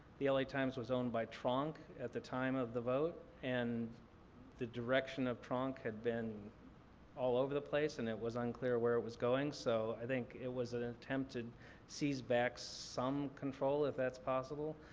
the la like times was owned by tronc at the time of the vote and the direction of tronc had been all over the place and it was unclear where it was going. so i think it was an attempt to seize back some control if that's possible.